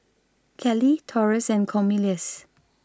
Cali Taurus and Cornelious